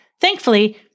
thankfully